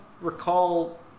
recall –